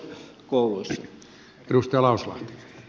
arvoisa puhemies